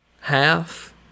half